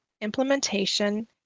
implementation